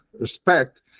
respect